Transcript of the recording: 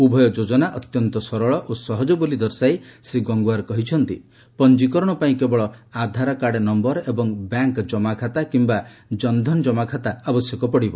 ଉଭୟ ଯୋଜନା ଅତ୍ୟନ୍ତ ଶରଳ ଓ ସହଜ ବୋଲି ଦର୍ଶାଇ ଶ୍ରୀ ଗଙ୍ଗୱାର କହିଛନ୍ତି ପଞ୍ଜିକରଣ ପାଇଁ କେବଳ ଆଧାରକାର୍ଡ଼ ନମ୍ଘର ଏବଂ ବ୍ୟାଙ୍କଜମାଖାତା କିମ୍ବା ଜନଧନ ଜମାଖାତା ଆବଶ୍ୟକ ପଡ଼ିବ